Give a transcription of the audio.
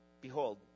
Behold